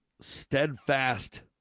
Steadfast